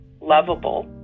lovable